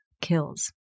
kills